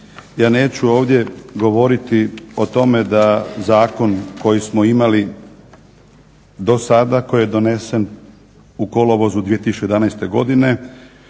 Ja neću ovdje govoriti o tome da zakon koji smo imali dosada koji je donesen u kolovozu 2011. godine,